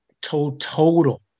total